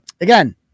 Again